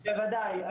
בוודאי,